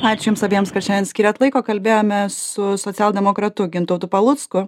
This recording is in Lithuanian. ačiū jums abiems kad šiandien skyrėt laiko kalbėjome su socialdemokratu gintautu palucku